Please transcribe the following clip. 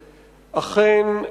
אכן,